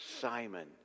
Simon